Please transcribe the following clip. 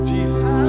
Jesus